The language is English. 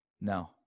No